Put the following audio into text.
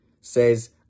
says